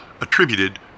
attributed